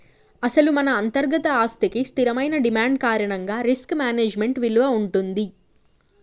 అసలు మన అంతర్గత ఆస్తికి స్థిరమైన డిమాండ్ కారణంగా రిస్క్ మేనేజ్మెంట్ విలువ ఉంటుంది